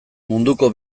munduko